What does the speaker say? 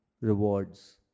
rewards